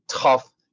tough